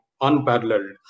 unparalleled